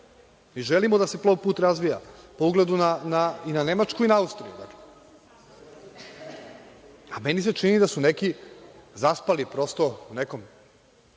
Želimo da se plovni put razvija po ugledu i na Nemačku i na Austriju. A meni se čini da su neki zaspali prosto u nekom